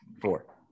four